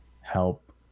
help